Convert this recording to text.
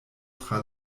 tra